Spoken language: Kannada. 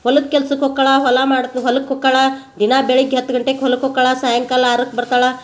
ಹೊಲದ ಕೆಲ್ಸಕ್ಕೆ ಹೊಕ್ಕಳ ಹೊಲ ಮಾಡ್ತ್ಳು ಹೊಲಕ್ಕೆ ಹೊಕ್ಕಳ ದಿನ ಬೆಳಗ್ಗೆ ಹತ್ತು ಗಂಟೆಗೆ ಹೊಲಕ್ಕೆ ಹೊಕ್ಕಳ ಸಾಯಂಕಾಲ ಆರಕ್ಕೆ ಬರ್ತಾಳೆ